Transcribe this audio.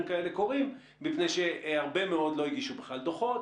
כאלה קרו מפני שהרבה מאוד לא הגישו בכלל דוחות